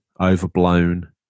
overblown